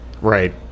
Right